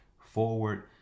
forward